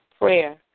prayer